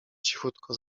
cichutko